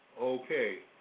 okay